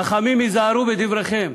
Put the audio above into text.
חכמים היזהרו בדבריכם,